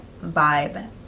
vibe